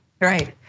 Right